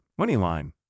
Moneyline